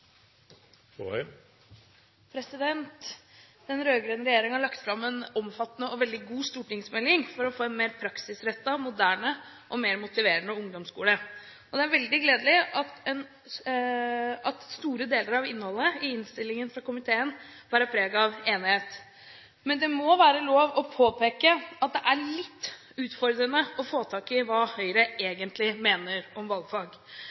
Den rød-grønne regjeringen har lagt fram en omfattende og veldig god stortingsmelding for å få en mer praksisrettet, moderne og mer motiverende ungdomsskole. Det er veldig gledelig at store deler av innholdet i innstillingen fra komiteen bærer preg av enighet. Men det må være lov til å påpeke at det er litt utfordrende å få tak i hva Høyre egentlig mener om valgfag.